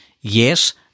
yes